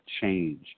change